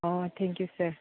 ꯑꯣ thank you sir